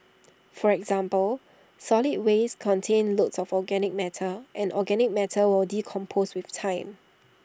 for example solid waste contains lots of organic matter and organic matter will decompose with time